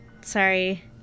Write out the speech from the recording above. sorry